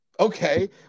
Okay